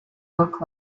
look